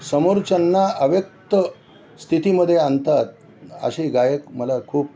समोरच्यांना अव्यक्त स्थितीमध्ये आणतात असे गायक मला खूप